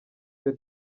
twe